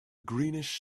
greenish